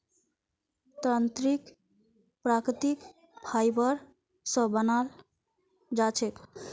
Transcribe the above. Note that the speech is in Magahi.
तंत्रीक प्राकृतिक फाइबर स बनाल जा छेक